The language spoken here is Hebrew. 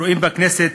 רואים בכנסת